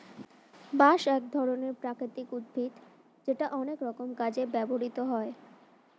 বাঁশ এক ধরনের প্রাকৃতিক উদ্ভিদ যেটা অনেক রকম কাজে ব্যবহৃত হয়